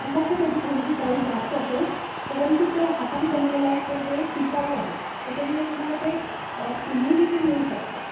तर मग तर त्याची थोडीशी प्राईस जास्त असेल परंतु ते हातानी बनवलेलं आहे तर ते टिकाऊ आहे त्याच्यामुळं तुम्हाला ते इझिली ते मिळू शकते